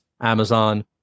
Amazon